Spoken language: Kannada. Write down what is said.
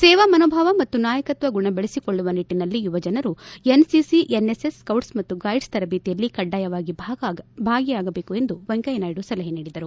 ಸೇವಾಮನೋಭಾವ ಮತ್ತು ನಾಯಕತ್ವ ಗುಣ ಬೆಳೆಸಿಕೊಳ್ಳುವ ನಿಟ್ಟನಲ್ಲಿ ಯುವಜನರು ಎನ್ ಎನ್ಎಸ್ಎಸ್ ಸೈಟ್ಸ್ ಮತ್ತು ಗೈಡ್ಸ್ ತರಬೇತಿಯಲ್ಲಿ ಕಡ್ಡಾಯವಾಗಿ ಭಾಗಿಯಾಗಬೇಕು ಎಂದು ವೆಂಕಯ್ಯನಾಯ್ಡ ಸಲಹೆ ನೀಡಿದರು